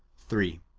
three.